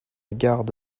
garde